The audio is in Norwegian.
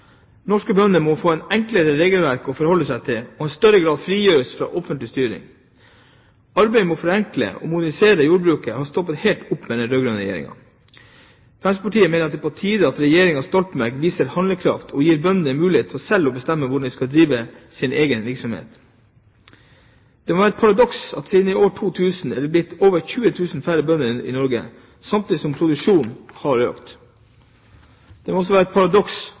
Norske bønder må få et enklere regelverk å forholde seg til og i større grad frigjøres fra offentlig styring. Arbeidet med å forenkle og modernisere jordbruket har stoppet helt opp med den rød-grønne regjeringen. Fremskrittspartiet mener at det er på tide at regjeringen Stoltenberg viser handlekraft og gir bøndene mulighet til selv å bestemme hvordan de vil drive sin egen virksomhet. Det må være et paradoks at siden år 2000 er det blitt over 20 000 færre bønder i Norge, samtidig som produksjonen har økt. Det må også være et paradoks